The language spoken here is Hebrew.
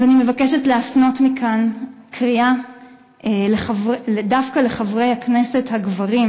אז אני מבקשת להפנות מכאן קריאה דווקא לחברי הכנסת הגברים,